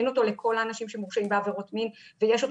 אין אותו לכל האנשים שמורשעים בעבירות מין ויש אותו